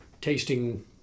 tasting